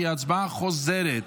שהיא הצבעה חוזרת.